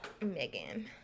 Megan